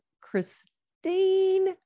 Christine